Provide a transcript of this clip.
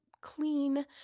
clean